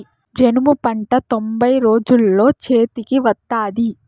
జనుము పంట తొంభై రోజుల్లో చేతికి వత్తాది